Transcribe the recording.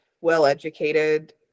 well-educated